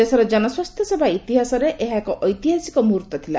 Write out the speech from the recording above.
ଦେଶର ଜନସ୍ୱାସ୍ଥ୍ୟ ସେବା ଇତିହାସରେ ଏହା ଏକ ଐତିହାସିକ ମୁହ୍ରର୍ତ୍ତ ଥିଲା